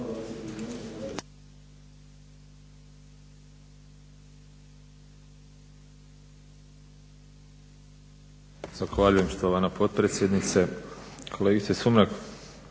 Zahvaljujem štovana potpredsjednice. Kolegice Sumrak